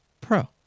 Pro